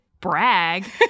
brag